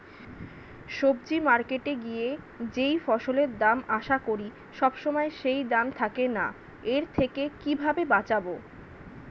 সবজি মার্কেটে গিয়ে যেই ফসলের দাম আশা করি সবসময় সেই দাম থাকে না এর থেকে কিভাবে বাঁচাবো?